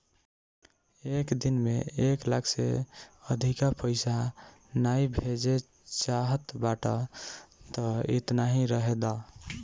एक दिन में एक लाख से अधिका पईसा नाइ भेजे चाहत बाटअ तअ एतना ही रहे दअ